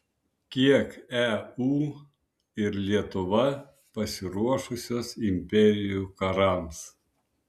kiek eu ir lietuva pasiruošusios imperijų karams